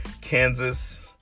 Kansas